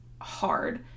hard